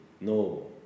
No